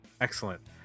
excellent